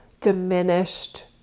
diminished